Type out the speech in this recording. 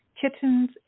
kittens